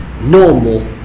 normal